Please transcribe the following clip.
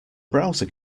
browser